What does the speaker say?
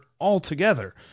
altogether